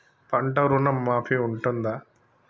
పంట ఋణం మాఫీ ఉంటదా?